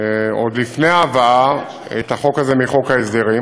עוד לפני ההבאה את החוק הזה מחוק ההסדרים,